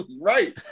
right